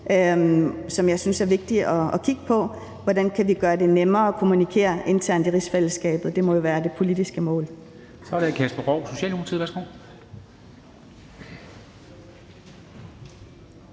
og jeg synes, det er vigtigt at kigge på, hvordan vi kan gøre det nemmere at kommunikere internt i rigsfællesskabet. Det må jo være det politiske mål.